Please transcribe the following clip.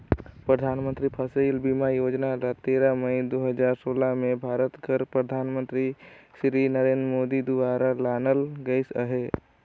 परधानमंतरी फसिल बीमा योजना ल तेरा मई दू हजार सोला में भारत कर परधानमंतरी सिरी नरेन्द मोदी दुवारा लानल गइस अहे